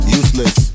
useless